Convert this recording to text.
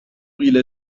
إلى